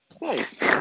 Nice